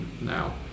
now